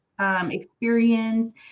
Experience